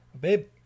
Babe